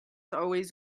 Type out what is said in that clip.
always